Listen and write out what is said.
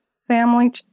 family